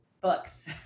books